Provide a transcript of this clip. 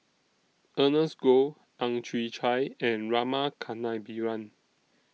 Ernest Goh Ang Chwee Chai and Rama Kannabiran